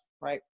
right